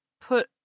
put